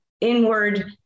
inward